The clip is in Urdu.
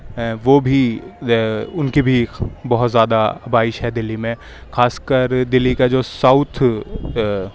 ہیں وہ بھی ان کی بھی بہت زیادہ آبائش ہے دلی میں خاص کر دلی کا جو ساؤتھ